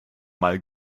mal